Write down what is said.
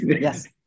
yes